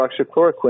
hydroxychloroquine